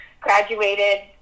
graduated